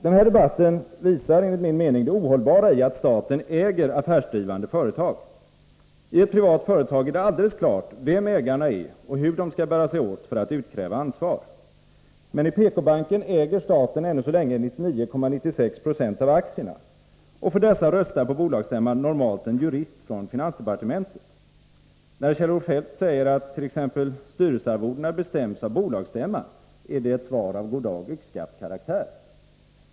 Denna debatt visar enligt min mening det ohållbara i att staten äger affärsdrivande företag. I ett privat företag är det alldeles klart vilka ägarna är och hur de skall bära sig åt för att utkräva ansvar. Men i PK-banken äger staten ännu så länge 99,96 26 av aktierna. För dessa röstar på bolagsstämman normalt en jurist från finansdepartementet. När Kjell-Olof Feldt säger att t.ex. styrelsearvodena bestäms av bolagsstämman, är det ett svar av goddag-yxskaft-karaktär.